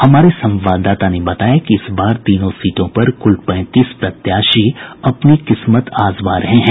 हमारे संवाददाता ने बताया कि इस बार तीनों सीटों पर कुल पैंतीस प्रत्याशी अपनी किस्मत आजमा रहे हैं